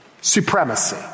supremacy